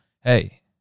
hey